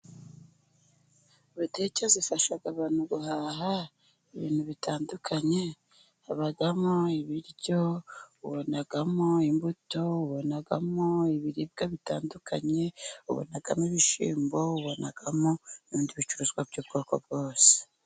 Butike zifasha abantu guhaha ibintu bitandukanye，habamo ibiryo， ubonamo imbuto， ubonamo ibiribwa bitandukanye， ubonamo ibishyimbo，ubonamo n'ibindi bicuruzwa by'ubwoko bwose.